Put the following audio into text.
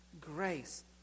grace